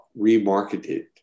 remarketed